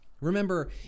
Remember